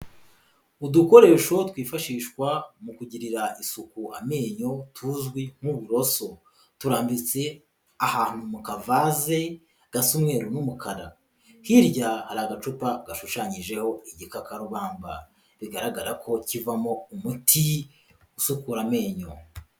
Udukoresho twifashishwa mu kugirira isuku amenyo tuzwi nk'uburoso turambitse ahantu mu kavaze gasa umweru n'umukara, hirya hari agacupa gashushanyijeho igikarubamba, bigaragara ko kivamo umuti usukura amenyo.